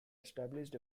established